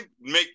make